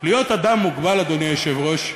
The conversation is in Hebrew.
להיות אדם מוגבל, אדוני היושב-ראש,